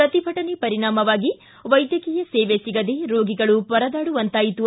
ಪ್ರತಿಭಟನೆ ಪರಿಣಾಮವಾಗಿ ವೈದ್ಯಕೀಯ ಸೇವೆ ಸಿಗದೆ ರೋಗಿಗಳು ಪರದಾಡುವಂತಾಯಿತು